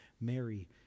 Mary